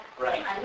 Right